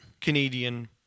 Canadian